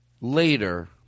later